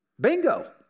Bingo